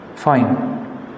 fine